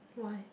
why